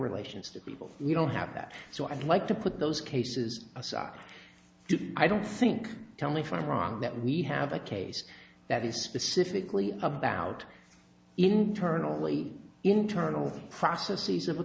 relations to people you don't have that so i'd like to put those cases aside i don't think tell me if i'm wrong that we have a case that is specifically about internally internal processes of a